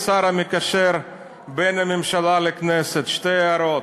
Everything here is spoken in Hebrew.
המקשר בין הממשלה לכנסת, שתי הערות.